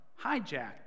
hijacked